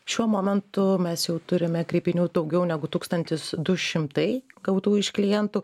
šiuo momentu mes jau turime kreipinių daugiau negu tūkstantis du šimtai gautų iš klientų